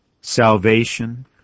salvation